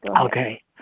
Okay